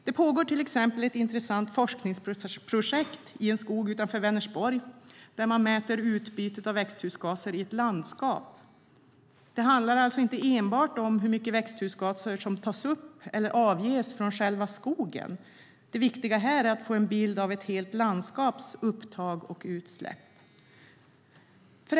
Det pågår till exempel ett intressant forskningsprojekt i en skog utanför Vänersborg där man mäter utbytet av växthusgaser i ett landskap. Det handlar alltså inte enbart om hur mycket växthusgaser som tas upp eller avges från själva skogen. Det viktiga här är att få en bild av ett helt landskaps upptag och utsläpp.